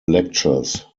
lectures